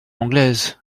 anglaises